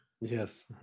Yes